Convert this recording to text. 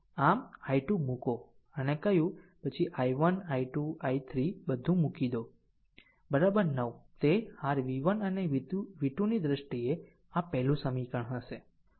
આમ મૂકો i2 અને કહ્યું પછી i1 i2 i3 બધું મૂકી દો 9 તે r v1 અને v2 ની દ્રષ્ટિએ આ પહેલું સમીકરણ હશે